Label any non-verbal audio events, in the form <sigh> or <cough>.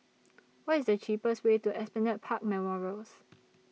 <noise> What IS The cheapest Way to Esplanade Park Memorials